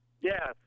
Yes